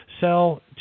Sell